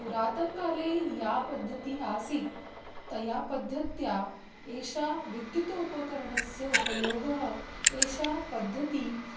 पुरातनकाले या पद्धतिः आसीत् तया पद्धत्या एषा विद्युत् उपकरणस्य उपयोगः एषा पद्धतिः